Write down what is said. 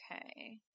Okay